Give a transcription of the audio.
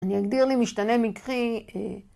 אני אגדיר לי משתנה מקרי, אה...